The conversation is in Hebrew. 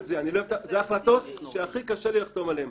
זה החלטות שהכי קשה לי לחתום עליהן.